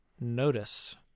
notice